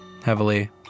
heavily